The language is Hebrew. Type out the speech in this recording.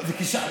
זה כישרון.